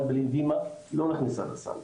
לא נכנסה לסל.